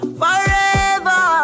forever